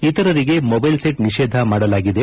ಇತರರಿಗೆ ಮೊದ್ಲೆಲ್ ಸೆಟ್ ನಿಷೇಧ ಮಾಡಲಾಗಿದೆ